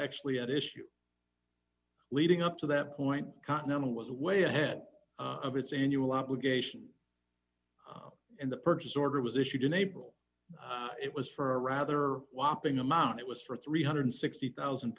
actually at issue leading up to that point continental was way ahead of its annual obligation and the purchase order was issued in april it was for a rather whopping amount it was for three hundred and sixty thousand